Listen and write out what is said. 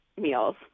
meals